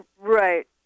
Right